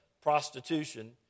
prostitution